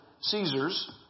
Caesar's